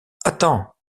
attends